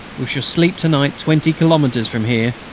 we shall sleep to-night twenty kilometres from here.